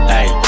Hey